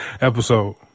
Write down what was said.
episode